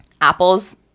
Apple's